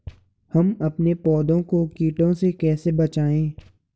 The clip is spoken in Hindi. हम अपने पौधों को कीटों से कैसे बचाएं?